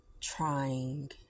trying